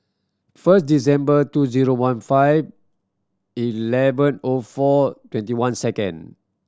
first December two zero one five eleven O four twenty one second